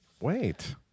Wait